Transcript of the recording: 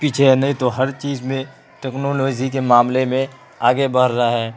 پیچھے ہے نہیں تو ہر چیز میں ٹکنالوجی کے معاملے میں آگے بڑھ رہا ہے